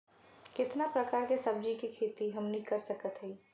कितना प्रकार के सब्जी के खेती हमनी कर सकत हई?